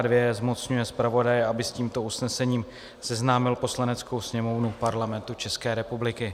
II. zmocňuje zpravodaje, aby s tímto usnesením seznámil Poslaneckou sněmovnu Parlamentu České republiky.